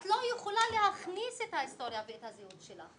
את לא יכולה להכניס את ההיסטוריה ואת הזהות שלך.